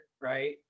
Right